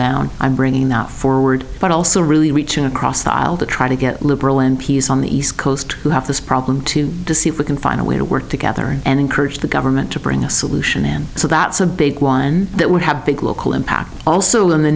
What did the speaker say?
down i'm bringing that forward but also really reaching across the aisle to try to get liberal m p s on the east coast who have this problem too to see if we can find a way to work together and encourage the government to bring a solution in so that's a big one that would have a big local impact also in the